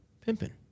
pimping